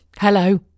hello